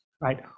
right